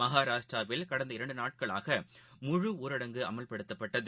மகாராஷ்டிராவில் கடந்த இரண்டுநாட்களாக முழு ஊரடங்கு அமல்படுத்தப்பட்டது